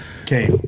Okay